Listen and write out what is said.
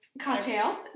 cocktails